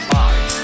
Five